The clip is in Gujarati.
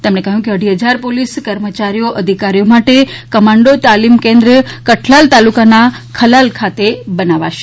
તેમણે કહ્યું કે અઢી હજાર પોલીસ કર્મચારીઓ અધિકારીઓ માટે કમાન્ડો તાલીમ કેન્દ્ર કઠલાલ તાલુકાના ખલાલ ખાતે બનાવાશે